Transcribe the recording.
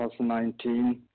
2019